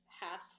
half